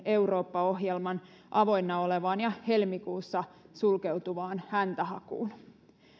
eurooppa ohjelman avoinna olevaan ja helmikuussa sulkeutuvaan häntähakuun